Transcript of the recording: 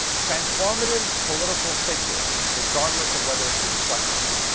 transformative, political figure regardless of whether it is a destructive one.